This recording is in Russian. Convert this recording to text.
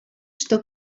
что